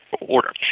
Order